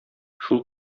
шул